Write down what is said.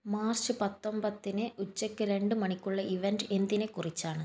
March പത്തൊൻപതിന് ഉച്ചയ്ക്ക് രണ്ട് മണിക്കുള്ള ഇവൻറ്റ് എന്തിനെ കുറിച്ചാണ്